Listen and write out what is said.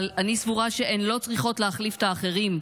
אבל אני סבורה שהם לא צריכה להחליף את האחרים,